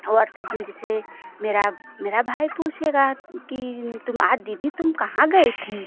WhatsApp में जैसे मेरा मेरा भाई पूछेगा कि तुम आज दीदी तुम कहाँ गई थी